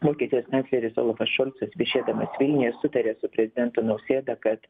vokietijos kancleris olofas šolcas viešėdamas vilniuje sutarė su prezidentu nausėda kad